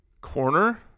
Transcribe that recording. Corner